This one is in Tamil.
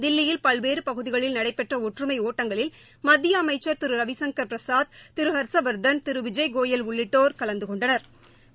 தில்லியில் பல்வேறு பகுதிகளில் நடைபெற்ற ஒற்றுமை ஒட்டங்களில் மத்திய அமைச்சள் திரு ரவிசங்கள் பிரசாத் திரு ஹா்ஷவாதன் திரு விஜய் கோயல் உள்ளிட்டோா் கலந்து கொண்டனா்